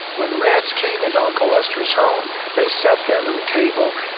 when reds came into uncle lester's home, they sat down to the table.